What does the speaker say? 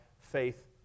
faith